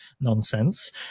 nonsense